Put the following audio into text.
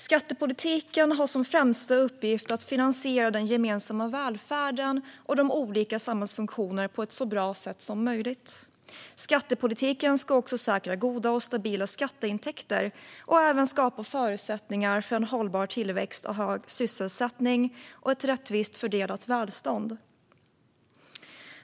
Skattepolitiken har som främsta uppgift att finansiera den gemensamma välfärden och olika samhällsfunktioner på ett så bra sätt som möjligt. Skattepolitiken ska säkra goda och stabila skatteintäkter och skapa förutsättningar för hållbar tillväxt, hög sysselsättning och ett rättvist fördelat välstånd.